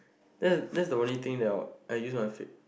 that that's the only thing that I was I used my face